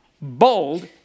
Bold